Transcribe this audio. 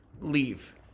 leave